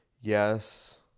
Yes